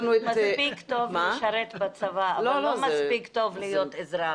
הוא מספיק טוב לשרת בצבא אבל לא מספיק טוב להיות אזרח.